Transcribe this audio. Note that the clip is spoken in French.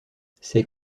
ces